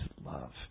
love